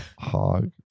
hog